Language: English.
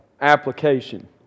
application